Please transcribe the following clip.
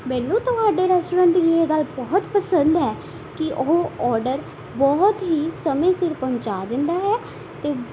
ਮੈਨੂੰ ਤੁਹਾਡੇ ਰੈਸਟੋਰੈਂਟ ਦੀ ਇਹ ਗੱਲ ਬਹੁਤ ਪਸੰਦ ਹੈ ਕਿ ਉਹ ਓਡਰ ਬਹੁਤ ਹੀ ਸਮੇਂ ਸਿਰ ਪਹੁੰਚਾ ਦਿੰਦਾ ਹੈ ਅਤੇ